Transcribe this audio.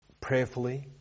prayerfully